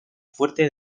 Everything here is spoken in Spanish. fuerte